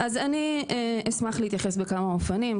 אז אני אשמח להתייחס בכמה אופנים,